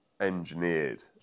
engineered